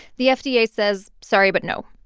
the fda yeah says, sorry, but no.